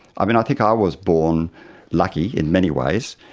um and think ah i was born lucky in many ways,